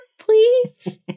please